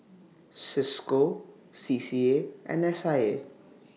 CISCO C C A and S I A